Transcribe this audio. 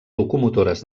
locomotores